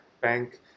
Bank